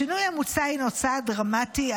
השינוי המוצע הינו צעד דרמטי,